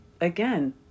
again